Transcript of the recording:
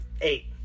eight